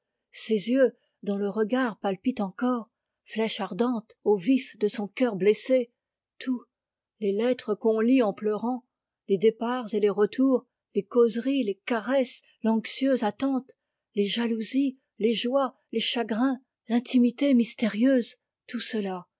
ces yeux dont le regard palpite encore flèche ardente au vif de son cœur blessé tout les lettres qu'on lit en pleurant les départs et les retours les causeries les caresses l'anxieuse attente les jalousies les joies les chagrins l'intimité mystérieuse tout cela